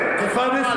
גומיות.